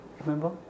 remember